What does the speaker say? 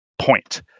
point